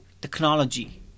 technology